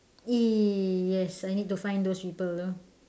eh yes I need to find those people though